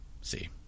See